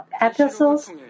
epistles